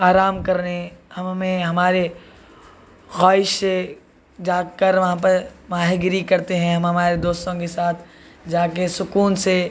آرام کرنے ہم ہمیں ہمارے خواہش سے جا کر وہاں پہ ماہی گیری کرتے ہیں ہم ہمارے دوستوں کے ساتھ جا کے سکون سے